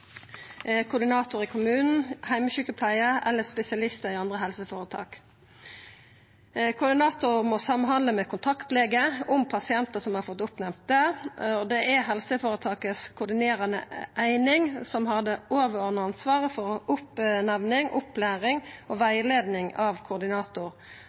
koordinator i kommunen, heimesjukepleie eller spesialistar i andre helseføretak. Koordinatoren må samhandla med kontaktlege om pasientar som har fått oppnemnt det, og det er helseføretakets koordinerande eining som har det overordna ansvaret for oppnemning, opplæring og